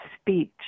speech